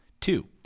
Two